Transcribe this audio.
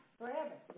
forever